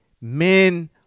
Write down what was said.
men